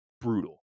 brutal